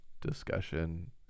discussion